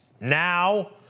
now